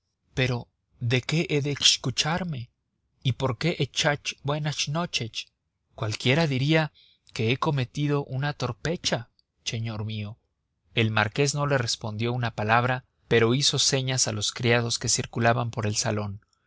pero de qué he de echcucharme y por qué echach buenach nochech cualquiera diría que he cometido una torpecha cheñor mío el marqués no le respondió una palabra pero hizo señas a los criados que circulaban por el salón